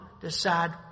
decide